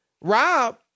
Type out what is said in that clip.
Rob